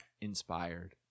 Inspired